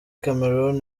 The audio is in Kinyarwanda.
cameroon